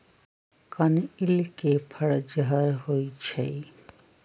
कनइल के फर जहर होइ छइ